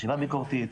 חשיבה ביקורתית,